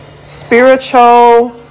spiritual